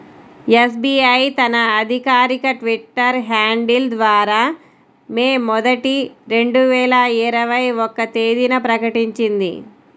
SBI తన అధికారిక Twitter handle ద్వారా మే మొదటి, రెండు వేల ఇరవై ఒక్క తేదీన ప్రకటించింది